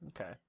Okay